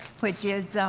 which is